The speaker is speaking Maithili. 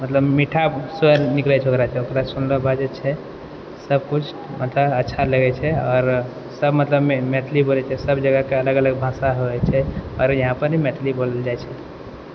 मतलब मीठा स्वर निकलै छै ओकरासँ ओकरा सुनलाके बाद जे छै सबकुछ मतलब अच्छा लगै छै आओर सब मतलब मैथिली बोलै छै सब जगहके अलग अलग भाषा होइ छै आओर यहाँपरी मैथिली बोलल जाइ छै